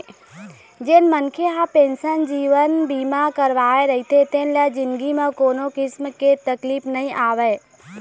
जेन मनखे ह पेंसन जीवन बीमा करवाए रहिथे तेन ल जिनगी म कोनो किसम के तकलीफ नइ आवय